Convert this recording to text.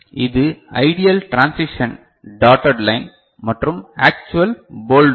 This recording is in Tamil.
இது ஐடியல் ட்ரான்சிஷன் டாட்டட் லைன் மற்றும் ஆக்சுவல் போல்ட் லைன்